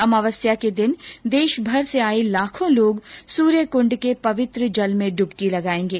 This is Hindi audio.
अमावस्या के दिन देशभर से आए लाखों लोग सूर्य कुंड के पवित्र जल में डूबकी लगाएंगे